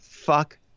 Fuck